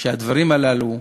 שהדברים הללו,